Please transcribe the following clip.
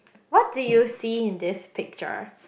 what do you see in this picture